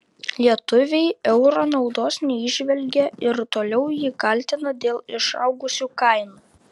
lietuviai euro naudos neįžvelgia ir toliau jį kaltina dėl išaugusių kainų